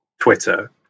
Twitter